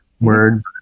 word